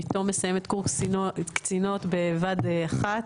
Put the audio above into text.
ביתו מסיימת קורס קצינות בבה"ד 1,